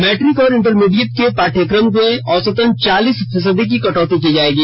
matric और intermediate के पाठ्यक्रम में औसतन चालीस फीसदी की कटौती की जाएगी